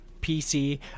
PC